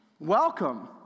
welcome